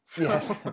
Yes